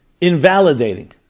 invalidating